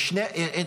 את